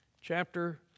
chapter